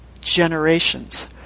generations